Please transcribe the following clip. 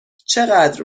چقدر